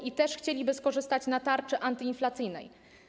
Oni też chcieliby skorzystać na tarczy antyinflacyjnej.